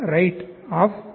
0 ಗೆ ಸಮನಾಗಿರುತ್ತದೆ